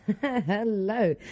Hello